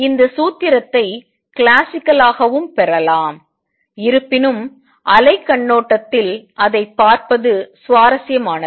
இந்த சூத்திரத்தை கிளாசிக்கலாகவும் பெறலாம் இருப்பினும் அலைக் கண்ணோட்டத்தில் அதைப் பார்ப்பது சுவாரஸ்யமானது